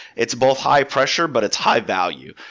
it's both high pressure, but it's high value.